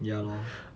ya lor